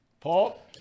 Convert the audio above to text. Paul